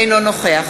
אינו נוכח